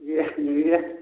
ଇଏ